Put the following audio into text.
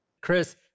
Chris